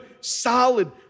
solid